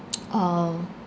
oh